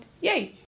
yay